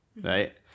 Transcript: right